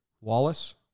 Wallace